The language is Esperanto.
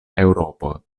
eŭropo